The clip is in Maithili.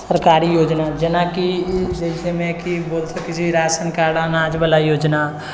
सरकरी योजना जेनाकि बोलि सकैत छियै कि राशन कार्ड अनाजबाला योजना